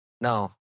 No